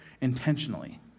intentionally